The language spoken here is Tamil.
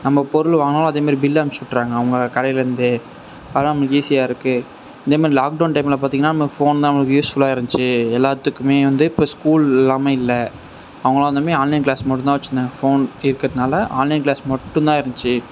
நம்ம பொருள் வாங்குகிறோம் அதே மாதிரி பில்லு அனுப்பிட்றாங்க அவங்க கடையிலேந்து அதுதான் நம்மளுக்கு ஈஸியாக இருக்குது இதேமாரி லாக் டவுன் டைமில் பார்த்திங்கனா நம்ம ஃபோன் தான் நம்மளுக்கு யூஸ் ஃபுல்லாக இருந்துச்சு எல்லாத்துக்குமே வந்து இப்போ ஸ்கூலெல்லாமே இல்லை அவங்களாதானுமே ஆன்லைன் கிளாஸ் மட்டுந்தான் வச்சிருந்தாங்க ஃபோன் இருக்கிறதுனால ஆன்லைன் கிளாஸ் மட்டுந்தான் இருந்துச்சு